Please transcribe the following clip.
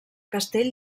castell